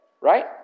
Right